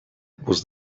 was